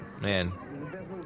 man